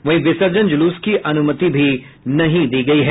वहीं विसर्जन जुलूस की अनुमति भी नहीं दी गयी है